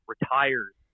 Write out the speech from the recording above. retires